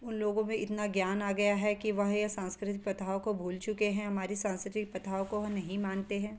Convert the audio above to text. उन लोगों में इतना ज्ञान आ गया है कि वह यह सांस्कृतिक प्रथाओं को भूल चुके हैं हमारी सांस्कृतिक प्रथाओं को वह नहीं मानते हैं